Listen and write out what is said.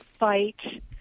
Fight